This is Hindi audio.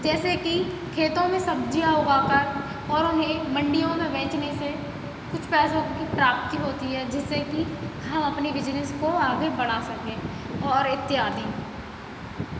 जैसे कि खेतों में सब्जियाँ उगाकर और उन्हें मंडियों में बेचने से कुछ पैसों की प्राप्ति होती है जिससे कि हम अपने बिजनेस को आगे बढ़ा सकें और इत्यादि